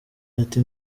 ati